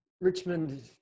Richmond